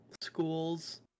schools